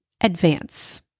advance